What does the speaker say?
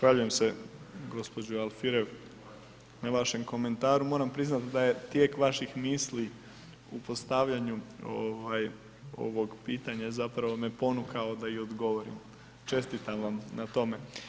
Zahvaljujem se gospođo Alfirev na vašem komentaru, moram priznat da je tijek vaših misli u postavljanju ovaj ovog pitanja zapravo me ponukao da i odgovorim, čestitam vam na tome.